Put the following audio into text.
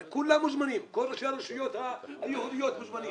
כולם מוזמנים, כל ראשי הרשויות היהודיות מוזמנים.